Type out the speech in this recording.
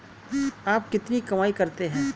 आप कितनी कमाई करते हैं?